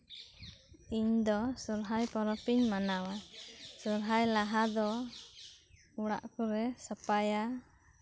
ᱤᱧ ᱫᱚ ᱥᱚᱨᱦᱟᱭ ᱯᱚᱨᱚᱵᱽ ᱤᱧ ᱢᱟᱱᱟᱣᱟ ᱥᱚᱨᱦᱟᱭ ᱞᱟᱦᱟ ᱫᱚ ᱚᱲᱟᱜ ᱠᱚᱞᱮ ᱥᱟᱯᱷᱟᱭᱟ